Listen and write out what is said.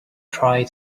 try